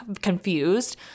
confused